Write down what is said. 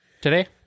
today